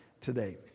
today